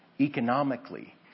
Economically